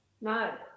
no